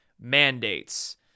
mandates